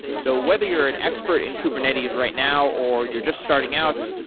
so whether you're an expert in kubernetes right now or you're just starting out,